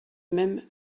même